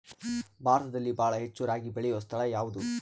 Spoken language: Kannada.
ಭಾರತದಲ್ಲಿ ಬಹಳ ಹೆಚ್ಚು ರಾಗಿ ಬೆಳೆಯೋ ಸ್ಥಳ ಯಾವುದು?